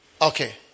Okay